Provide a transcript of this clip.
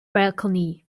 balcony